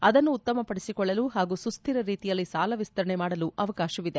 ಅದನ್ನು ಉತ್ತಮಪಡಿಸಿಕೊಳ್ಳಲು ಹಾಗೂ ಸುಸ್ವಿರ ರೀತಿಯಲ್ಲಿ ಸಾಲ ವಿಸ್ತರಣೆ ಮಾಡಲು ಅವಕಾಶವಿದೆ